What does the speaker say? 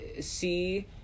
see